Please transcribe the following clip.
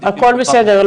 הכול בסדר.